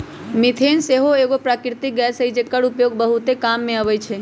methane सेहो एगो प्राकृतिक गैस हई जेकर उपयोग बहुते काम मे अबइ छइ